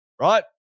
right